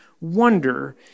wonder